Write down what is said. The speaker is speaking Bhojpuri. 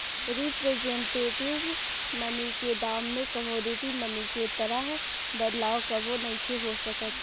रिप्रेजेंटेटिव मनी के दाम में कमोडिटी मनी के तरह बदलाव कबो नइखे हो सकत